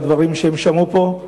על הדברים שהם שמעו פה,